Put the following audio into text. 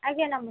ଆଜ୍ଞା ମନସ୍କାର